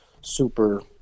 super